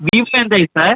Vivo ఎంత అవుతుంది sir